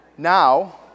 now